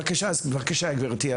בבקשה גברתי,